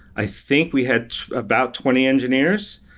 i think we had about twenty engineers.